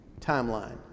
timeline